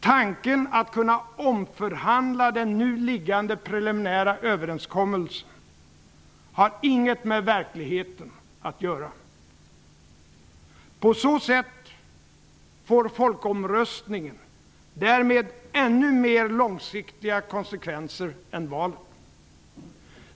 Tanken att kunna omförhandla den nu liggande preliminära överenskommelsen har inget med verkligheten att göra. På så sätt får folkomröstningen ännu långsiktigare konsekvenser än val.